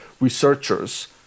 researchers